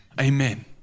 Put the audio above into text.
Amen